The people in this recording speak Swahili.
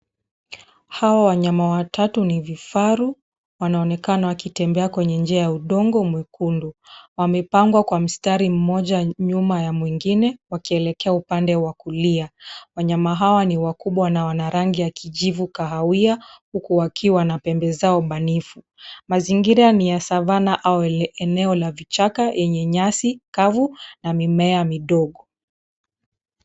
Hawa wanyama watatu ni vifaru, wanaonekana wakitembea kwenye njia ya udongo mwekundu. Wamepangwa kwa mstari mmoja, nyuma ya mwingine, wakielekea upande wa kulia. Wanyama hawa ni wakubwa na wana rangi ya kijivu kahawia huku wakiwa na pembe zao banifu. Mazingira ni ya savana au eneo la vichaka, lenye nyasi kavu na mimea midogo.